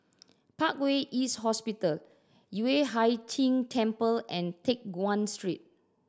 Parkway East Hospital Yueh Hai Ching Temple and Teck Guan Street